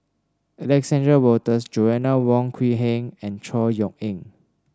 Alexander Wolters Joanna Wong Quee Heng and Chor Yeok Eng